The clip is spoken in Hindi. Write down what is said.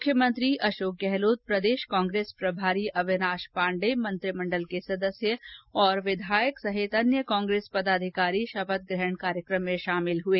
मुख्यमंत्री अशोक गहलोत प्रदेश कांग्रेस प्रभारी अविनाश पांडे मंत्रिमंडल के सदस्य और विधायक सहित अन्य कांग्रेस पदाधिकारी शपथ ग्रहण कार्यक्रम में शामिल हए